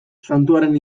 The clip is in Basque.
santuaren